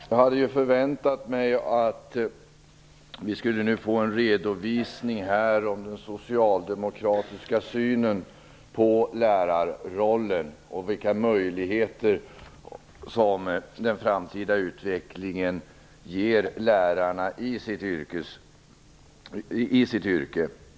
Herr talman! Jag hade förväntat mig att vi nu skulle få en redovisning av den socialdemokratiska synen på lärarrollen och av vilka möjligheter som den framtida utvecklingen ger lärarna i sitt yrke.